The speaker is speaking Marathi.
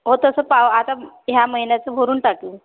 हो तसं पाव आता ह्या महिन्याचं भरून टाकू